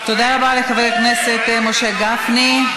תודה רבה לחבר הכנסת משה גפני.